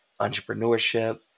entrepreneurship